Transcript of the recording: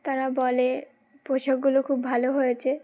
তারা বলে পোশাকগুলো খুব ভালো হয়েছে